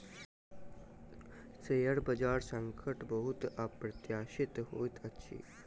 share बजार संकट बहुत अप्रत्याशित होइत अछि